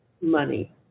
money